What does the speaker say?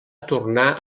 tornar